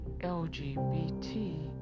LGBT